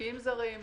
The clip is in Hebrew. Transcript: משקיעים זרים,